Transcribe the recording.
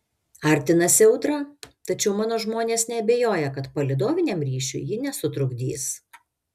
artinasi audra tačiau mano žmonės neabejoja kad palydoviniam ryšiui ji nesutrukdys